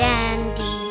Dandy